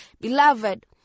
Beloved